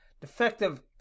defective